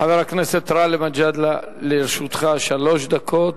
חבר הכנסת גאלב מג'אדלה, לרשותך שלוש דקות,